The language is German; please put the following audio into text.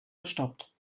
gestoppt